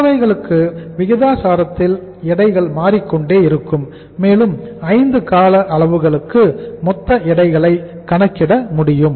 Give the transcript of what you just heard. மற்றவைகளுக்கு விகிதாச்சாரத்தில் எடைகள் மாறிக்கொண்டே இருக்கும் மேலும் 5 கால அளவுகளுக்கு மொத்த எடைகளை கணக்கிட முடியும்